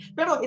Pero